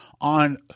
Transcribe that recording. on